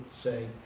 say